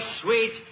sweet